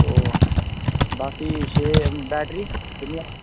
तो बाकी छे बैटरी किन्नी ऐ